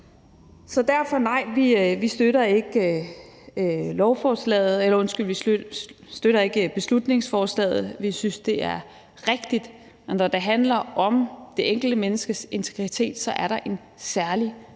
Så derfor støtter vi ikke beslutningsforslaget. Vi synes, det er rigtigt, at når det handler om det enkelte menneskes integritet, er der en særlig